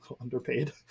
underpaid